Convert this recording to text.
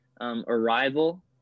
Arrival